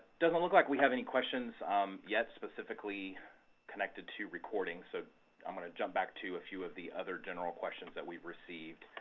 doesn't look like we have any questions yet specifically connected to recording. so i'm going to jump back to a few of the general questions that we received.